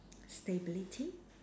stability